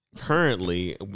Currently